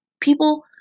people